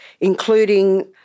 including